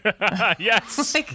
Yes